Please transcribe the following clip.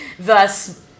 Thus